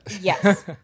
Yes